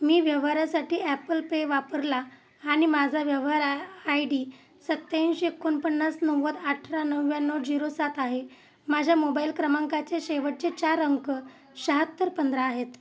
मी व्यवहारासाठी Apple Pay वापरला आणि माझा व्यवहार आ आय डी सत्त्याऐंशी एकोणपन्नास नव्वद अठरा नव्याण्णव झिरो सात आहे माझ्या मोबाइल क्रमांकाचे शेवटचे चार अंक शाहत्तर पंधरा आहेत